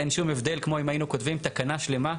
אין שום הבדל כמו אם היינו כותבים תקנה שלמה,